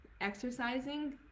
exercising